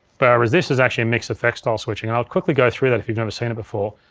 whereas this is actually a mixed effects style switching and i'll quickly go through that if you've never seen it before.